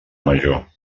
major